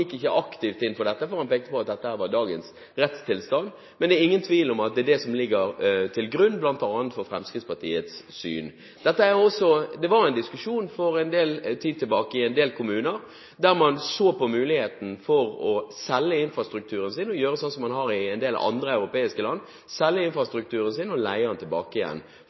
ikke gikk aktivt inn for dette, for han pekte på at dette er dagens rettstilstand, men det er ingen tvil om at det er det som ligger til grunn bl.a. for Fremskrittspartiets syn. Det var en diskusjon for en del tid tilbake i en del kommuner der man så på muligheten for å gjøre sånn som man gjør i en del andre europeiske land, selge infrastrukturen sin og leie den tilbake igjen,